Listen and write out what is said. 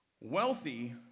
Wealthy